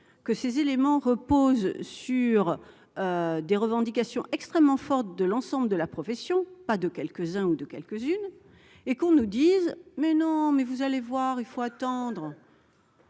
que ces éléments reposent sur des revendications extrêmement fortes de l'ensemble de la profession, pas de quelques-uns ou de quelques-unes et qu'on nous dise : mais non, mais vous allez voir, il faut attendre.